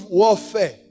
warfare